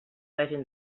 règim